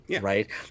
right